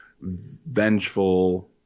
vengeful